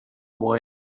boy